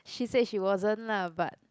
she said she wasn't lah but